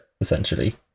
essentially